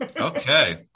Okay